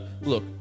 look